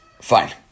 Fine